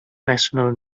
national